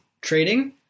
trading